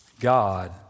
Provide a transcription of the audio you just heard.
God